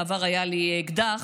בעבר היה לי אקדח,